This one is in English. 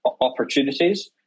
opportunities